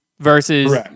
versus